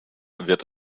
wird